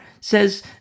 says